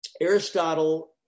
Aristotle